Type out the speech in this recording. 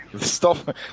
stop